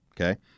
Okay